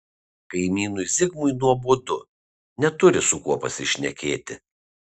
kaimynui zigmui nuobodu neturi su kuo pasišnekėti